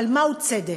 אבל מהו צדק?